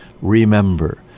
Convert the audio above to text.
remember